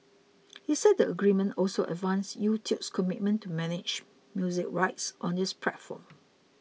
he said the agreement also advanced YouTube's commitment to manage music rights on its platform